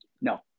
No